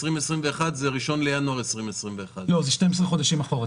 ב-12 החודשים אחורה,